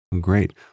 Great